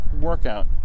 workout